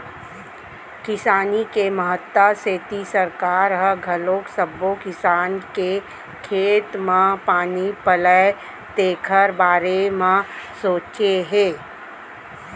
किसानी के महत्ता सेती सरकार ह घलोक सब्बो किसान के खेत म पानी पलय तेखर बारे म सोचे हे